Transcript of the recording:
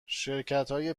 شرکتای